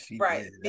right